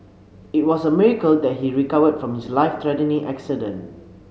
it was a miracle that he recovered from his life threatening accident